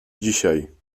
dzisiaj